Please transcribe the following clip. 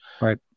Right